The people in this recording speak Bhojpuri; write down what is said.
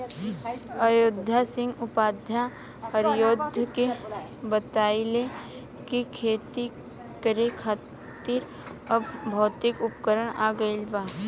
अयोध्या सिंह उपाध्याय हरिऔध के बतइले कि खेती करे खातिर अब भौतिक उपकरण आ गइल बा